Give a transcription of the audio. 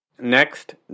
Next